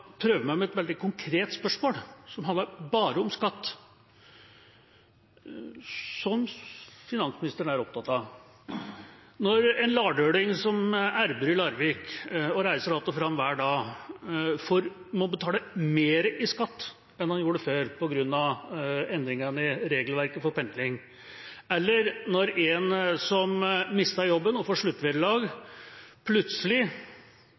prøve meg med et veldig konkret spørsmål, som bare handler om skatt, som finansministeren er opptatt av. En lardøling som arbeider i Larvik og reiser att og fram hver dag, må betale mer i skatt enn han gjorde før på grunn av endringene i regelverket for pendling. For en som mister jobben og får sluttvederlag, blir det plutselig